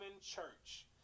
church